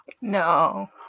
No